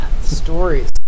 stories